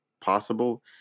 possible